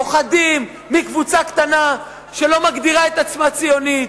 פוחדים מקבוצה קטנה שלא מגדירה את עצמה ציונית,